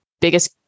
biggest